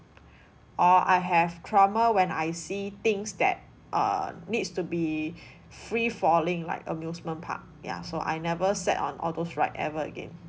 or I have trauma when I see things that err needs to be free falling like amusement park ya so I never set on all those ride ever again